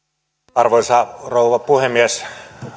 arvoisa rouva puhemies